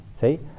see